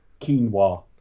quinoa